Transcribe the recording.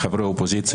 לחברי האופוזיציה,